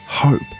Hope